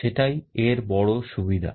সেটাই এর বড় সুবিধা